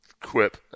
Quip